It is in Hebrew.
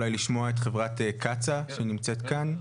אולי לשמוע את חברת קצא"א שנמצאת כאן.